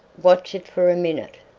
watch it for a minute.